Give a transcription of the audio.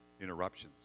interruptions